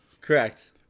Correct